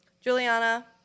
Juliana